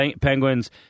Penguins